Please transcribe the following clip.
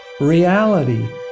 Reality